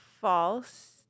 false